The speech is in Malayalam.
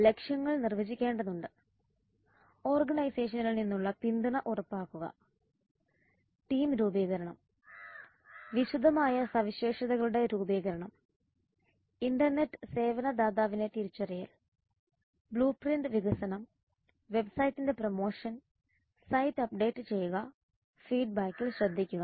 ലക്ഷ്യങ്ങൾ നിർവ്വചിക്കേണ്ടതുണ്ട് ഓർഗനൈസേഷനിൽ നിന്നുള്ള പിന്തുണ ഉറപ്പാക്കുക ടീം രൂപീകരണം വിശദമായ സവിശേഷതകളുടെ രൂപീകരണം ഇന്റർനെറ്റ് സേവന ദാതാവിനെ തിരിച്ചറിയൽ ബ്ലൂപ്രിന്റ് വികസനം വെബ്സൈറ്റിന്റെ പ്രമോഷൻ സൈറ്റ് അപ്ഡേറ്റ് ചെയ്യുക ഫീഡ്ബാക്കിൽ ശ്രദ്ധിക്കുക